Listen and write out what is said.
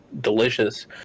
delicious